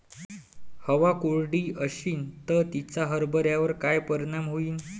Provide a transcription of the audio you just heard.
हवा कोरडी अशीन त तिचा हरभऱ्यावर काय परिणाम होईन?